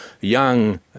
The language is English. young